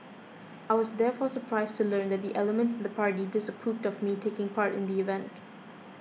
I was therefore surprised to learn that elements in the party disapproved of me taking part in the event